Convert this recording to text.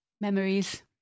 memories